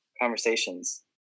conversations